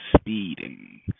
speeding